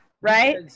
right